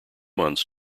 months